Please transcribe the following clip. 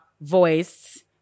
voice